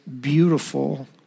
beautiful